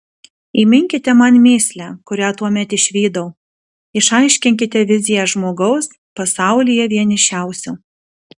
įminkite man mįslę kurią tuomet išvydau išaiškinkite viziją žmogaus pasaulyje vienišiausio